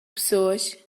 pessoas